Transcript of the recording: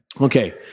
Okay